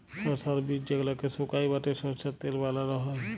সরষার বীজ যেগলাকে সুকাই বাঁটে সরষার তেল বালাল হ্যয়